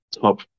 top